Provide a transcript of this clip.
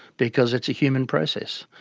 because it's a human process.